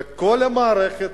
וכל המערכת